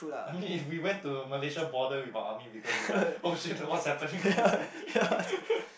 I mean if we went to Malaysia border with a army vehicle they be like oh shit what's happening what's happening